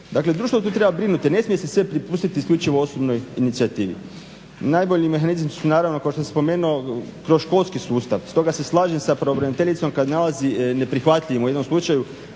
Dakle društvo tu treba brinuti, ne smije se sve prepustiti isključivo osobnoj inicijativi. Najbolji mehanizmi su naravno kao što je spomenuo kroz školski sustav, stoga se slažem sa pravobraniteljicom kada nalazi neprihvatljivim u jednom slučaju